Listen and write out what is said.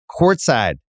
courtside